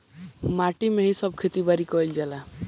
माटी में ही सब खेती बारी कईल जाला